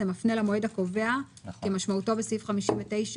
זה מפנה למועד הקובע כמשמעותו בסעיף 59(ב),